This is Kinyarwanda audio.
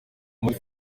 muri